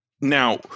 now